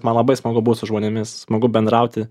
man labai smagu būt su žmonėmis smagu bendrauti